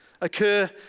occur